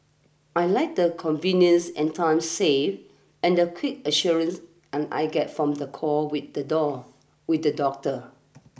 I like the convenience and time saved and the quick assurance and I get from the call with the door with the doctor